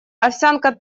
овсянка